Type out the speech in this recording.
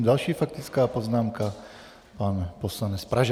Další faktická poznámka, pan poslanec Pražák.